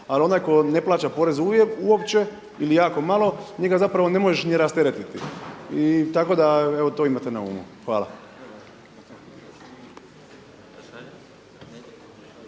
Ali onaj tko ne plaća porez uopće ili jako malo njega zapravo ne možeš ni rasteretiti i tako da evo to imate na umu. Hvala.